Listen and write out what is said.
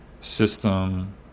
system